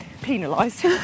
penalised